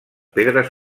pedres